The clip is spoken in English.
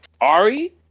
Ari